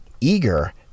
eager